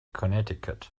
connecticut